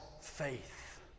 faith